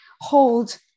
hold